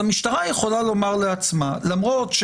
זאת אומרת,